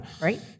right